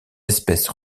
espèces